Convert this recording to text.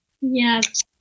Yes